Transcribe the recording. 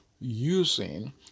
using